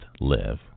live